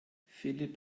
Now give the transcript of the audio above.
philipp